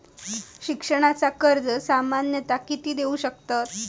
शिक्षणाचा कर्ज सामन्यता किती देऊ शकतत?